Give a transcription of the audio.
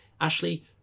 Ashley